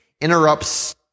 interrupts